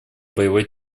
боевой